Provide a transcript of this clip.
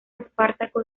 espartaco